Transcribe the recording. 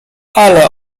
ale